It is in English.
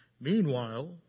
meanwhile